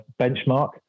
Benchmark